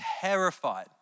terrified